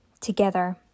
together